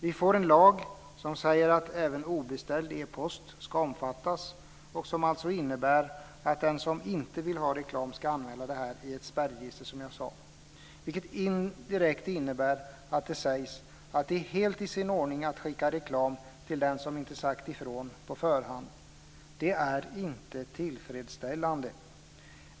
Vi får en lag som säger att även obeställd epost ska omfattas och som alltså innebär att den som inte vill ha reklam som jag sade ska anmäla detta till ett spärregister. Det innebär indirekt att det är helt i sin ordning att skicka reklam till dem som inte har sagt ifrån på förhand. Det är inte tillfredsställande.